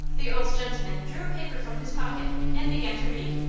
the old gentleman drew a paper from his pocket, and began to read,